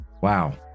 wow